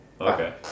Okay